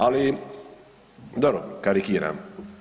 Ali, dobro, karikiram.